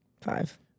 five